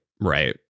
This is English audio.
Right